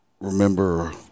remember